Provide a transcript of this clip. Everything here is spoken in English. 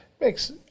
makes